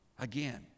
Again